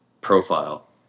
profile